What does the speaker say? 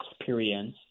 experience